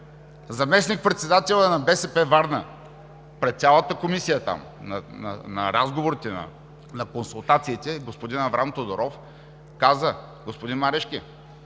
заместник-председателят на БСП – Варна, пред цялата комисия там – на разговорите, на консултациите, господин Аврам Тодоров, каза: „Господин Марешки,